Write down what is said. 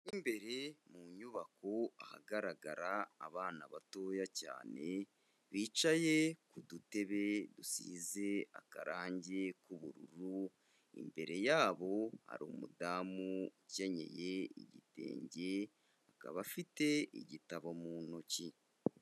Imbere mu nyubako ahagaragara abana batoya cyane, bicaye ku dutebe dusize akarangi k'ubururu, imbere yabo hari umudamu ukenyeye igitenge, akaba afite igitabo mu ntoki.